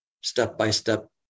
step-by-step